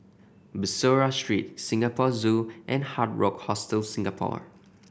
Bussorah Street Singapore Zoo and Hard Rock Hostel Singapore